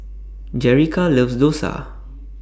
Jerica loves Dosa